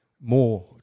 more